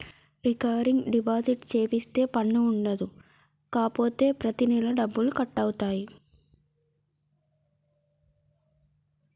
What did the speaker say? recurring deposit సేపిత్తే పన్ను ఉండదు కాపోతే ప్రతి నెలా డబ్బులు కట్ అవుతాయి